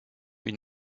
une